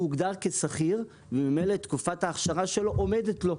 הוא הוגדר כשכיר ותקופת האכשרה שלו עומדת לו.